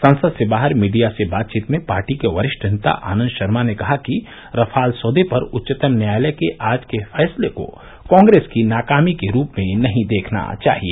संसद से बाहर मीडिया से बातचीत में पार्टी के वरिष्ठ नेता आनंद शर्मा ने कहा कि रफाल सौदे पर उच्चतम न्यायालय के आज के फैसले को कांग्रेस की नाकामी के रूप में नहीं देखना चाहिए